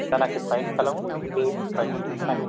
जायनोखि फाइन खालामो बे फाइनखौ होनांगोन